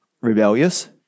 Rebellious